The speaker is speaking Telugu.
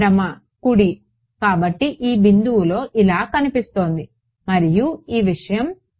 ఎడమ కుడి కాబట్టి ఈ బిందువులో ఇలా కనిపిస్తోంది మరియు ఈ విషయం ఇది నా